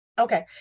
Okay